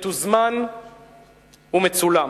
מתוזמן ומצולם.